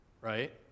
Right